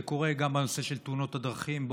זה קורה גם בנושא של תאונות הדרכים,